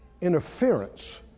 interference